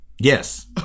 Yes